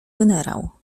generał